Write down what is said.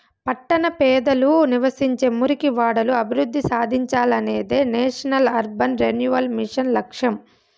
పట్టణ పేదలు నివసించే మురికివాడలు అభివృద్ధి సాధించాలనేదే నేషనల్ అర్బన్ రెన్యువల్ మిషన్ లక్ష్యం